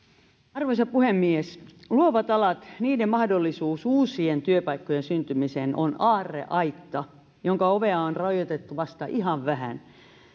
arvoisa puhemies luovat alat ja niiden mahdollisuudet uusien työpaikkojen syntymiseen ovat aarreaitta jonka ovea on raotettu vasta ihan vähän